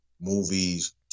movies